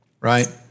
right